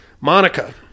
Monica